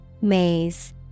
Maze